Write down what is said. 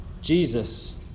Jesus